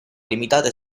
limitate